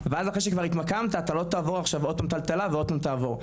ואז אחרי שהתמקמת אתה לא תעבור עוד פעם טלטלה ועוד פעם תעבור.